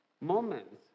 moments